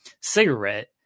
cigarette